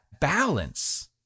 balance